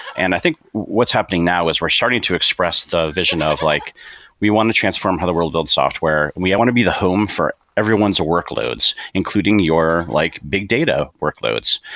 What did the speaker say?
and i think what's happening now is we're starting to express the vision of like we want to transform how the world build software and we want to be the home for everyone's workloads, including your like big data workloads.